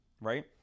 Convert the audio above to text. right